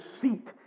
seat